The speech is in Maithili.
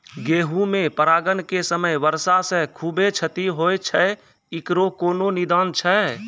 गेहूँ मे परागण के समय वर्षा से खुबे क्षति होय छैय इकरो कोनो निदान छै?